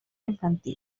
infantil